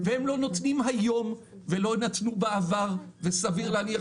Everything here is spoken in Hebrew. הם לא נותנים היום ולא נתנו בעבר וסביר להניח